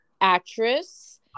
actress